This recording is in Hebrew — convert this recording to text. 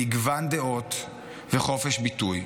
מגוון דעות וחופש ביטוי.